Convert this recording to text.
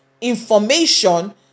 information